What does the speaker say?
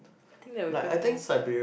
think that will be quite fun